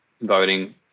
voting